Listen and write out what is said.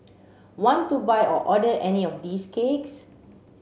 want to buy or order any of these cakes